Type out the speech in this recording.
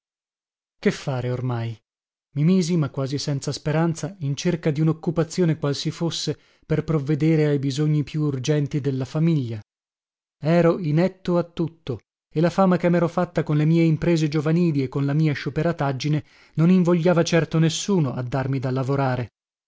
che fare ormai i misi ma quasi senza speranza in cerca di unoccupazione qual si fosse per provvedere ai bisogni più urgenti della famiglia ero inetto a tutto e la fama che mero fatta con le mie imprese giovanili e con la mia scioperataggine non invogliava certo nessuno a darmi da lavorare